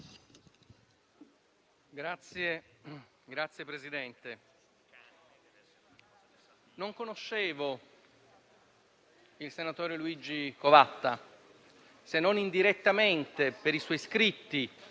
Signor Presidente, non conoscevo il senatore Luigi Covatta se non indirettamente per i suoi scritti,